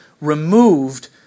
removed